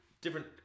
different